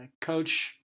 coach